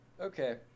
okay